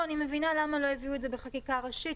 אני מבינה למה לא הביאו את זה בחקיקה ראשית,